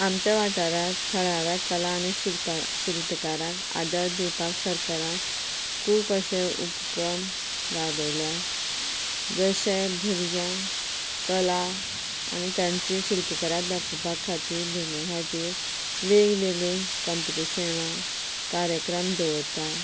आमच्या वाठारांत थळाव्या कला आनी शिरपा शिल्पकारांक आदर दिवपाक सरकारान खूब अशे उपक्रम लाबयल्यात जशे भुरग्यांक कला आनी तांची शिल्पकला दाखोवपा खातीर भुरग्यां खातीर वेगवेगळीं कंपिटिशनां कार्यक्रम दवरता